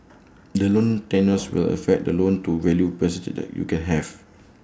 the loan tenures will affect the loan to value percentage that you can have